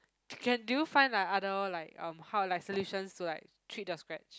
can can do you find like other like um how like solutions to like treat the scratch